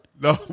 No